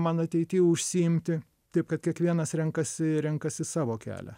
man ateity užsiimti taip kad kiekvienas renkasi renkasi savo kelią